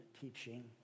teaching